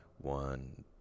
one